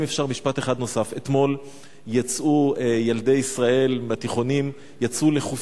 ואם אפשר משפט אחד נוסף: אתמול יצאו ילדי ישראל מהתיכונים לחופשה.